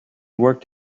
worked